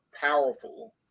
powerful